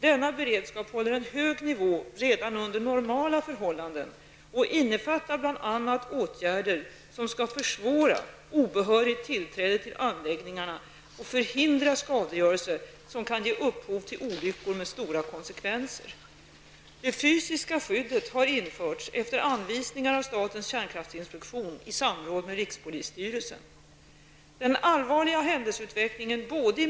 Denna beredskap håller en hög nivå redan under normala förhållanden och innefattar bl.a. åtgärder som skall försvåra obehörigt tillträde till anläggningarna och förhindra skadegörelse som kan ge upphov till olyckor med stora konsekvenser. Det fysiska skyddet har införts efter anvisningar av statens kärnkraftinspektion i samråd med rikspolisstyrelsen.